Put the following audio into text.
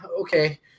okay